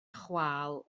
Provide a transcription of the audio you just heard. chwâl